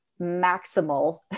maximal